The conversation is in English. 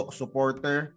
supporter